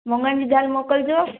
मुङनि जी दाल मोकिलिजो